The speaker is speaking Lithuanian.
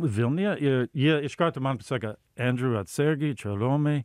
vilniuje ir jie iš karto man pasakė andrew atsargiai čia romai